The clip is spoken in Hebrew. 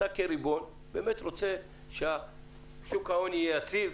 אתה כריבון באמת רוצה ששוק ההון יהיה יציב,